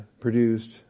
produced